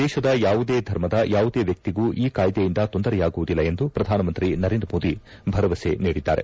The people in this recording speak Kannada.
ದೇಶದ ಯಾವುದೇ ಧರ್ಮದ ಯಾವುದೇ ವ್ಯಕ್ತಿಗೂ ಈ ಕಾಯ್ದೆಯಿಂದ ತೊಂದರೆಯಾಗುವುದಿಲ್ಲ ಎಂದು ಪ್ರಧಾನಮಂತ್ರಿ ನರೇಂದ್ರ ಮೋದಿ ಭರವಸೆ ನೀಡಿದ್ದಾರೆ